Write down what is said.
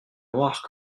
noir